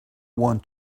want